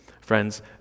Friends